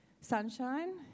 Sunshine